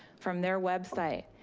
from their website.